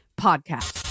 Podcast